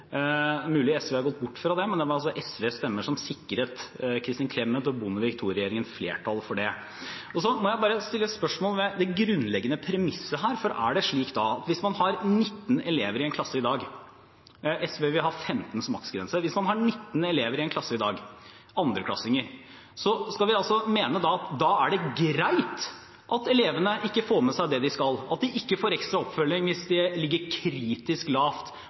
mulig SV har gått bort fra det, men det var altså SVs stemmer som sikret Kristin Clemet og Bondevik II-regjeringen flertall for det. Og så må jeg bare stille spørsmål ved det grunnleggende premisset her, for hvis man har 19 elever, andreklassinger, i en klasse i dag – SV vil ha 15 som maksgrense – skal vi da mene at det er greit at elevene ikke får med seg det de skal, at de ikke får ekstra oppfølging hvis de ligger kritisk lavt